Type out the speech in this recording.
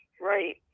Right